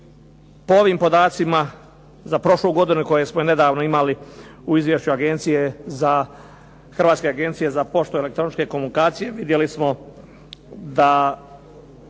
po ovim podacima za prošlu godinu koje smo i nedavno imali u izvješću Hrvatske agencije za poštu i elektroničke komunikacije, vidjeli smo da